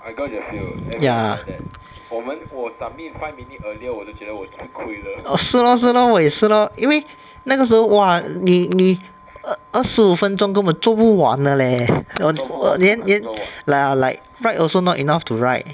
ya 是 lor 是 lor 我也是 lor 因为那个时候 !wah! 你你二二十五分钟根本做不完的 leh 连连 like ah like write also not enough to write